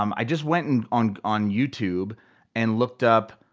um i just went and on on youtube and looked up,